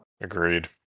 Agreed